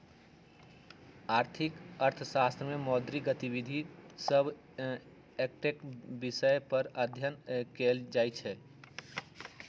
आर्थिक अर्थशास्त्र में मौद्रिक गतिविधि सभ पर एकटक्केँ विषय पर अध्ययन कएल जाइ छइ